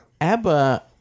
ABBA